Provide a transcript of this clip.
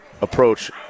approach